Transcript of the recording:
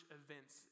events